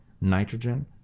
nitrogen